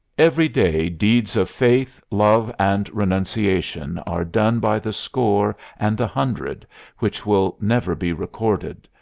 every day deeds of faith, love and renunciation are done by the score and the hundred which will never be recorded,